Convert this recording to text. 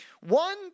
One